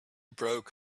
broke